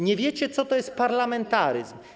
Nie wiecie, co to jest parlamentaryzm.